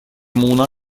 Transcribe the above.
муна